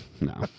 no